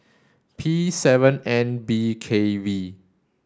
P seven N B K V